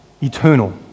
eternal